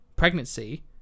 pregnancy